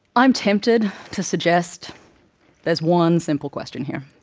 i am tempted to suggest there is one simple question here.